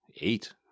eight